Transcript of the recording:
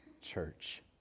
church